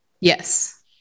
Yes